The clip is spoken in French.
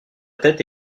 tête